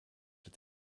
het